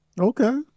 Okay